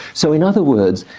so in other words,